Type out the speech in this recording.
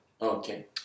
Okay